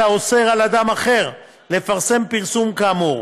אלא אוסר על אדם אחר לפרסם פרסום כאמור.